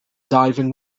diving